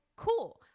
cool